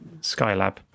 Skylab